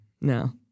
No